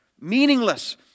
meaningless